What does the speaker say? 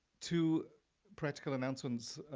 two practical announcements.